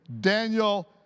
Daniel